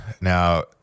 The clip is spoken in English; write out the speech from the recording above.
Now